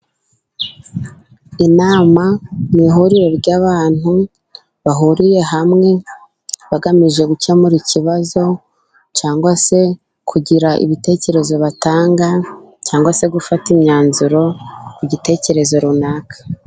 Inama ni ihuriro ry'abantu bahuriye hamwe bagamije gukemura ikibazo, cyangwa se kugira ibitekerezo batanga, cyangwa se gufata imyanzuro ku gitekerezo runaka.